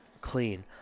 clean